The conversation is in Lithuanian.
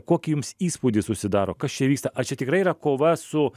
kokį jums įspūdį susidaro kas čia vyksta ar čia tikrai yra kova su